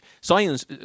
science